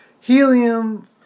helium